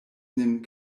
nin